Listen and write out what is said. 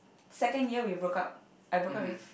second year we broke up I broke up with